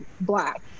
black